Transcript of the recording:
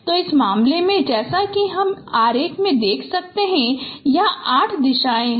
तो इस मामले में जैसा कि हम आरेख से देख सकते हैं यहाँ पर 8 दिशाए है